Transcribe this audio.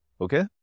Okay